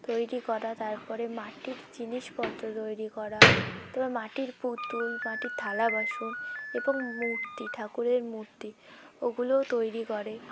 তৈরি করা তারপরে মাটির জিনিসপত্র তৈরি করা তারপরে মাটির পুতুল মাটির থালা বাসন এবং মূর্তি ঠাকুরের মূর্তি ওগুলোও তৈরি করে